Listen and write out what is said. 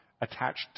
attached